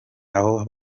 aho